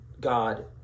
god